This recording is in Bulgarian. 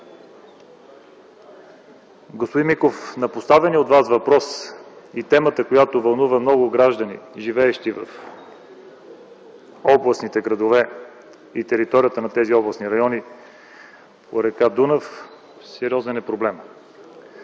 Господин Миков, на поставения от Вас въпрос и темата, която вълнува много граждани, живеещи в областните градове и територията на тези областни райони по р. Дунав – проблемът